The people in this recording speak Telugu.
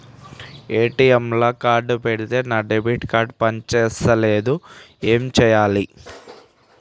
ఏ.టి.ఎమ్ లా కార్డ్ పెడితే నా డెబిట్ కార్డ్ పని చేస్తలేదు ఏం చేయాలే?